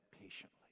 patiently